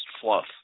fluff